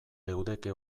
leudeke